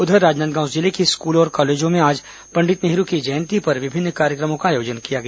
उधर राजनांदगांव जिले के स्कूलों और कॉलेजों में आज पंडित नेहरू की जयंती पर विभिन्न कार्यक्रमों का आयोजन किया गया